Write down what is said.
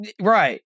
Right